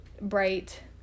bright